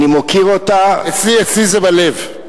אני מוקיר אותה, אצלי זה בלב.